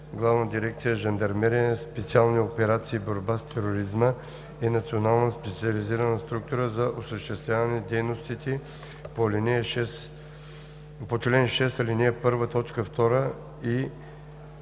Главна дирекция „Жандармерия, специални операции и борба с тероризма“ (ГДЖСОБТ) е национална специализирана структура за осъществяване на дейностите по чл. 6, ал. 1, т. 2 и